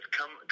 Come